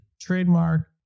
trademark